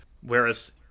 whereas